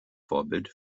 vorbild